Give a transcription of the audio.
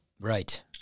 Right